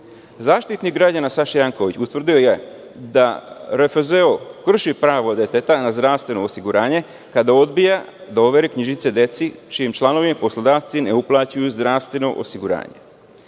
građana Saša Janković, utvrdio je da RFZO krši pravo deteta na zdravstveno osiguranje, kada odbija da overi knjižice deci, čijim članovima poslodavci ne uplaćuju zdravstveno osiguranje. Pravo